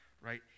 right